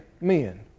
men